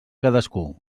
cadascú